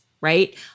right